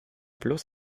bloß